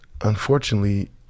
unfortunately